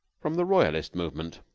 from the royalist movement,